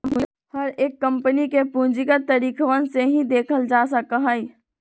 हर एक कम्पनी के पूंजीगत तरीकवन से ही देखल जा सका हई